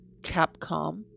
capcom